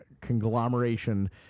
conglomeration